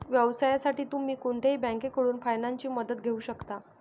व्यवसायासाठी तुम्ही कोणत्याही बँकेकडून फायनान्सची मदत घेऊ शकता